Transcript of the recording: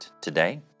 today